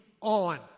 on